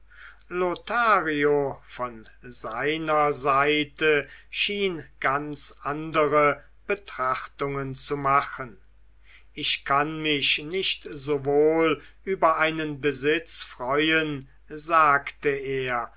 lothario von seiner seite schien ganz andere betrachtungen zu machen ich kann mich nicht sowohl über einen besitz freuen sagte er